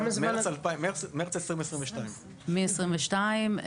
ממרץ 2022. מ-2022.